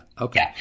Okay